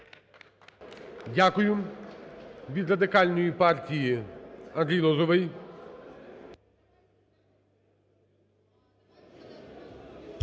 Дякую. Від Радикальної партії Андрій Лозовий.